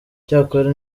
icyakora